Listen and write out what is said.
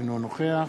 אינו נוכח